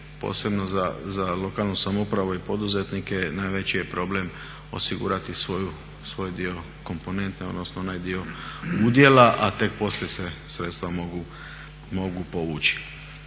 posebno za lokalnu samoupravu i poduzetnike najveći je problem osigurati svoj dio komponente, odnosno onaj dio udjela a tek poslije se sredstva mogu povući.